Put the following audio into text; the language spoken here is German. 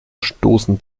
stoßen